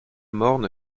morne